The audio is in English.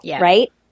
right